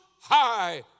high